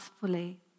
fully